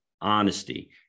honesty